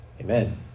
amen